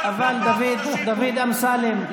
אבל דוד אמסלם,